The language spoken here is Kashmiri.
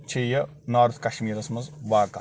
چھے یہِ نارٕتھ کشمیٖرَس منٛز واقعہ